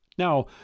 Now